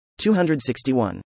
261